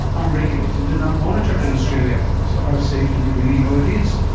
unregulated and unmonitored in australia. so how safe do we really know it is?